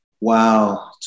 wow